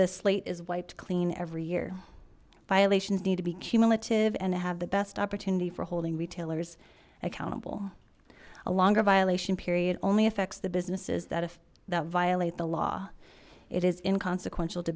slate is wiped clean every year violations need to be cumulative and to have the best opportunity for holding retailers accountable a longer violation period only affects the businesses that have that violate the law it is inconsequential to